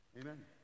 Amen